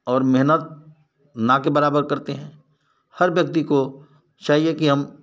और मेहनत ना के बराबर करते हैं हर व्यक्ति को चाहिए कि हम